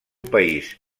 país